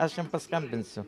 aš jiem paskambinsiu